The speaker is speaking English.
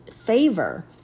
favor